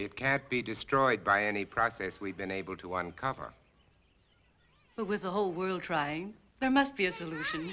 it can't be destroyed by any process we've been able to uncover but with the whole world trying there must be a solution